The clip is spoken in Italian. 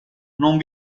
non